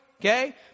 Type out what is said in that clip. Okay